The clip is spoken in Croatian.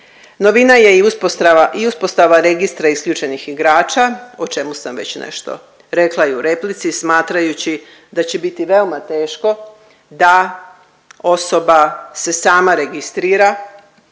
uspostava, i uspostava Registra isključenih igrača, o čemu sam već nešto rekla i u replici, smatrajući da će biti veoma teško da osoba se sama registrira